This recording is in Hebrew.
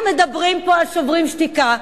אנחנו מדברים פה על "שוברים שתיקה",